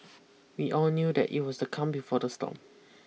we all knew that it was the calm before the storm